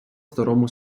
старому